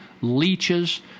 leeches